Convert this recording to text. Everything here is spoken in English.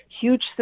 huge